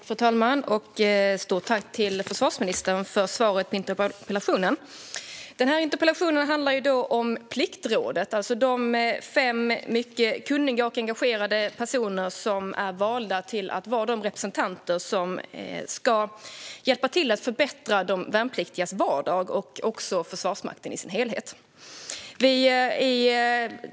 Fru talman! Stort tack till försvarsministern för svaret på interpellationen! Denna interpellation handlar om Pliktrådet, det vill säga de fem mycket kunniga och engagerade personer som är valda till representanter som ska hjälpa till att förbättra de värnpliktigas vardag och också Försvarsmakten i dess helhet.